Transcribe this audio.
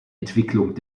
entwicklung